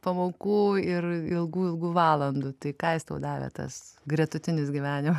pamokų ir ilgų ilgų valandų tai ką jis tau davė tas gretutinis gyvenima